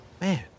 man